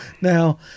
now